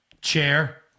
Chair